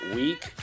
week